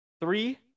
Three